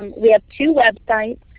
um we have two websites.